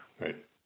Right